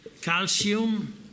calcium